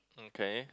okay